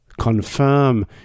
Confirm